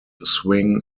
swing